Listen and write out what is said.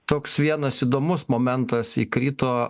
toks vienas įdomus momentas įkrito